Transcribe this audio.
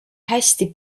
hästi